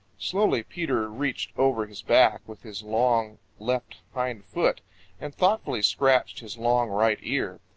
slowly peter reached over his back with his long left hind foot and thoughtfully scratched his long right ear.